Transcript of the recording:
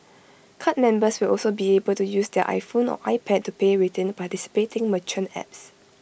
card members will also be able to use their iPhone or iPad to pay within participating merchant apps